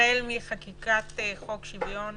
החל מחקיקת חוק שוויון